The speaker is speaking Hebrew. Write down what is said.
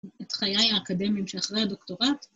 את חיי האקדמיים שאחרי הדוקטורט.